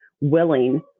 willing